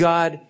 God